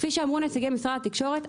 כפי שאמרו נציגי משרד התקשורת,